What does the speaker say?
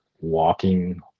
walking